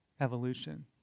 evolution